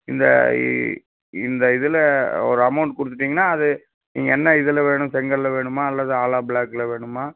இந்த இந்த இதில் ஒரு அமோண்ட் கொடுத்துட்டீங்கனா அது என்ன இதில் வேணும் செங்கல்லில் வேணுமா அல்லது ஆலா புளாக்கில் வேணுமா